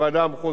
משרד הפנים,